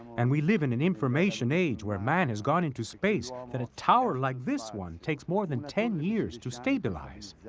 and we live in an information age where man has gone into space, that a tower like this one takes more than ten years to stabilize?